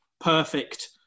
perfect